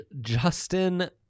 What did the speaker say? Justin